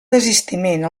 desistiment